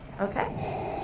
Okay